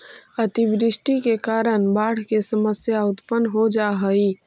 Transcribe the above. अतिवृष्टि के कारण बाढ़ के समस्या उत्पन्न हो जा हई